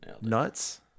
Nuts